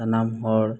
ᱥᱟᱱᱟᱢ ᱦᱚᱲ